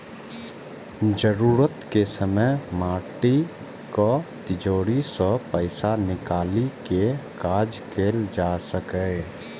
जरूरत के समय माटिक तिजौरी सं पैसा निकालि कें काज कैल जा सकैए